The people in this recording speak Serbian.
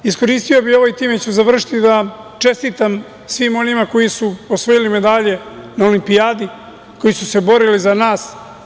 Iskoristio bih ovo, i time ću završiti, da čestitam svima onima koji su osvojili medalje na Olimpijadi, koji su se borili za nas.